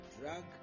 drug